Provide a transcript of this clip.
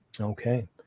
Okay